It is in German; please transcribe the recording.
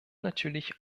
natürlich